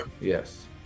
Yes